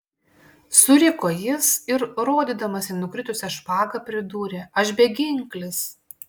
suriko jis ir rodydamas į nukritusią špagą pridūrė aš beginklis